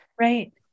Right